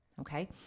Okay